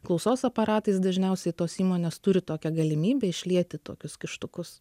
klausos aparatais dažniausiai tos įmonės turi tokią galimybę išlieti tokius kištukus